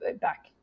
back